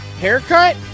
Haircut